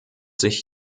sich